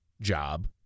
job